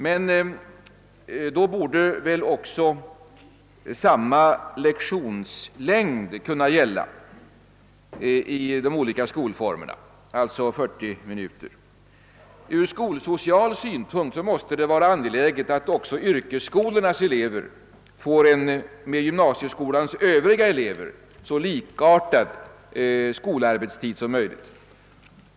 Men då borde väl samma lektionslängd kunna gälla i de olika skolformerna, d. v. s. 40 minuter. Ur skolsocial synpunkt måste det vara angeläget att yrkesskolornas elever får en med gymnasieskolornas övriga elever så likartad skolarbetstid som möjligt.